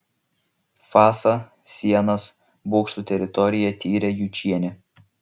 fasą sienas bokštų teritoriją tyrė jučienė